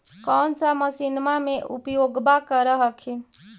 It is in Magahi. कौन सा मसिन्मा मे उपयोग्बा कर हखिन?